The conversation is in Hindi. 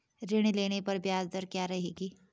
ऋण लेने पर ब्याज दर क्या रहेगी?